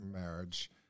marriage